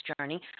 journey